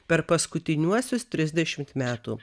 per paskutiniuosius trisdešimt metų